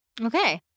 Okay